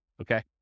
Okay